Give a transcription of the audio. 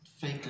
Fake